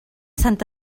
sant